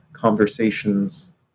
conversations